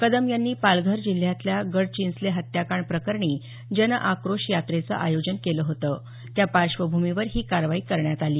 कदम यांनी पालघर जिल्ह्यातल्या गडचिंचले हत्याकांड प्रकरणी जनआक्रोश यात्रेचं आयोजन केलं होतं त्या पार्श्वभूमीवर ही कारवाई करण्यात आली